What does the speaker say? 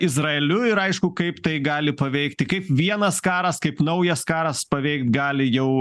izraeliu ir aišku kaip tai gali paveikti kaip vienas karas kaip naujas karas paveikt gali jau